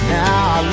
Now